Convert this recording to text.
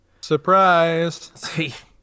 Surprised